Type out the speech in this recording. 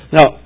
Now